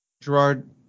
Gerard